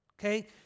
Okay